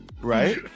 right